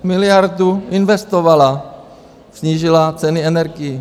Miliardu investovala, snížila ceny energií.